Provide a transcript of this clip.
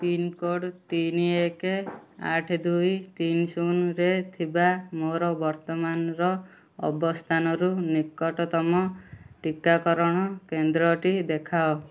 pincode ତିନି ଏକ ଆଠ ଦୁଇ ତିନି ଶୂନରେ ଥିବା ମୋର ବର୍ତ୍ତମାନର ଅବସ୍ଥାନରୁ ନିକଟତମ ଟିକାକରଣ କେନ୍ଦ୍ରଟି ଦେଖାଅ